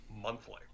monthly